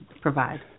provide